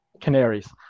canaries